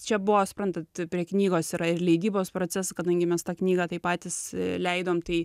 čia buvo suprantat prie knygos yra ir leidybos proces kadangi mes tą knygą tai patys leidom tai